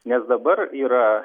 nes dabar yra